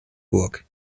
burg